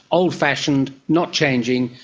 old-fashioned, not changing,